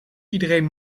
iedereen